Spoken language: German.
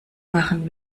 machen